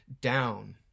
down